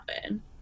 happen